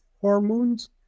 hormones